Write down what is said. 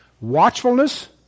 Watchfulness